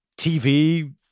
TV